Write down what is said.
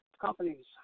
companies